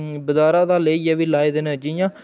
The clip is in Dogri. बजारा दा लेइयै बी लाए दे न जि'यां